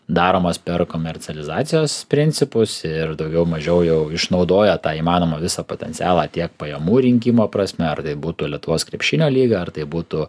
daromas per komercializacijos principus ir daugiau mažiau jau išnaudoja tą įmanoma visą potencialą tiek pajamų rinkimo prasme ar tai būtų lietuvos krepšinio lyga ar tai būtų